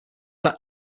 that